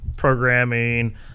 programming